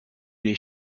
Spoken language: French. les